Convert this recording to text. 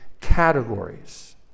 categories